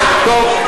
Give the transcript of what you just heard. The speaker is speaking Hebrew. טוב,